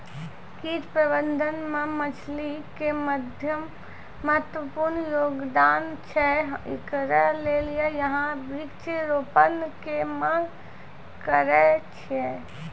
कीट प्रबंधन मे पक्षी के महत्वपूर्ण योगदान छैय, इकरे लेली यहाँ वृक्ष रोपण के मांग करेय छैय?